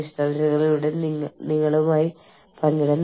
പക്ഷേ അവർ പോകുന്നതിന് മുമ്പ് തുല്യത തീരുമാനിക്കപ്പെടുന്നു